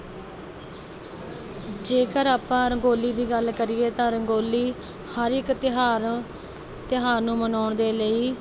ਜੇਕਰ ਆਪਾਂ ਰੰਗੋਲੀ ਦੀ ਗੱਲ ਕਰੀਏ ਤਾਂ ਰੰਗੋਲੀ ਹਰ ਇੱਕ ਤਿਉਹਾਰ ਤਿਉਹਾਰ ਨੂੰ ਮਨਾਉਣ ਦੇ ਲਈ